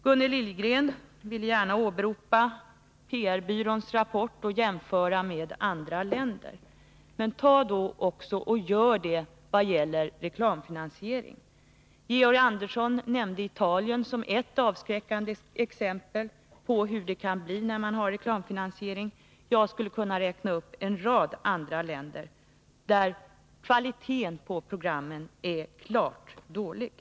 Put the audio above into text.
Gunnel Liljegren vill gärna åberopa PR-Byråns rapport och jämföra med andra länder. Men gör då det också när det gäller reklamfinansiering! Georg Andersson nämnde Italien som ett avskräckande exempel på hur det kan bli när man har reklamfinansiering. Jag skulle kunna räkna upp en rad andra länder, där kvaliteten på programmen är klart dålig.